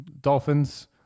Dolphins